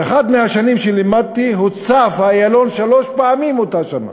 באחת מהשנים שלימדתי הוצף האיילון שלוש פעמים באותה שנה,